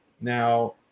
Now